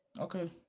Okay